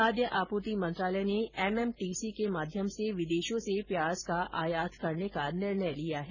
खाद्य आपूर्ति मंत्रालय ने एमएमटीसी के माध्यम से विदेशों से प्याज का आयात करने का निर्णय लिया है